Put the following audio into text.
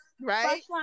right